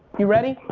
you ready?